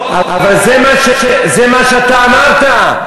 לא, אבל זה מה שאתה אמרת.